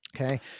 Okay